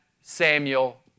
Samuel